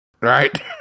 right